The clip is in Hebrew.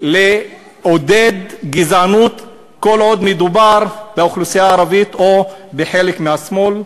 לעודד גזענות כל עוד מדובר באוכלוסייה הערבית או בחלק מהשמאל.